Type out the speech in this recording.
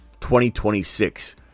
2026